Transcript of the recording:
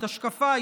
השקפה,